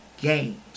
games